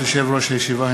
ברשות יושב-ראש הישיבה,